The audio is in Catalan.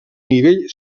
nivell